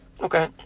Okay